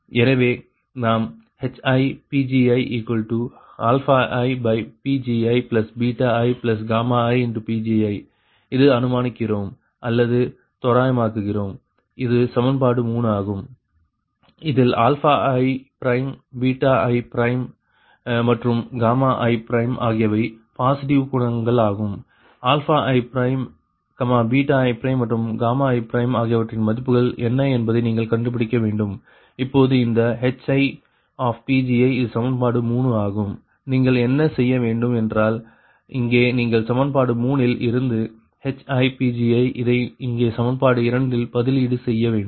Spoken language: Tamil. எனவே நாம் HiPgiiPgiiiPgi இதை அனுமானிக்கிறோம் அல்லது தோராயமாக்குகிறோம் இது சமன்பாடு 3 ஆகும் இதில் i i மற்றும் i ஆகியவை பாசிட்டிவ் குணகங்கள் ஆகும் i i மற்றும் i ஆகியவற்றின் மதிப்புகள் என்ன என்பதை நீங்கள் கண்டுபிடிக்க வேண்டும் இப்பொழுது இந்த HiPgi இது சமன்பாடு 3 ஆகும் நீங்கள் என்ன செய்ய வேண்டும் என்றால் இங்கே நீங்கள் சமன்பாடு 3 இல் இருந்து HiPgi இதை இங்கே சமன்பாடு 2 இல் பதிலீடு செய்ய வேண்டும்